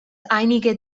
einige